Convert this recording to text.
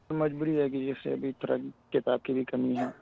مجبوری ہے جیسے ابھی تھوڑا کتاب کی بھی کمی ہیں